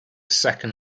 second